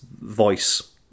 voice